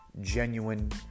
genuine